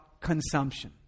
consumption